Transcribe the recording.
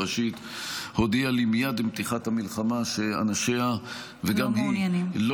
הודיעה לי מייד עם פתיחת המלחמה שאנשיה וגם היא לא